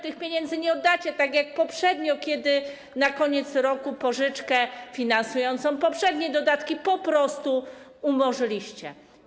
Tych pieniędzy zapewne nie oddacie, tak jak poprzednio, kiedy na koniec roku pożyczkę finansującą poprzednie dodatki po prostu umorzyliście.